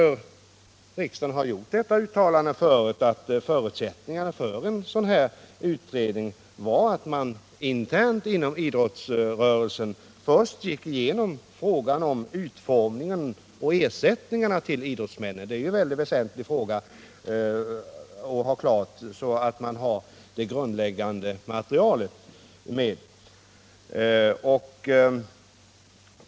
Riksdagen har tidigare gjort det uttalandet att en av förutsättningarna för en sådan här utredning var att man internt inom idrottsrörelsen först gick igenom frågan om utformningen av ersättningarna till idrottsmännen. Det är väsentligt att man först har det grundläggande materialet.